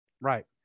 right